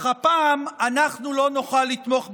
אך הפעם אנחנו לא נוכל לתמוך בתקנות.